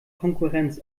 konkurrenz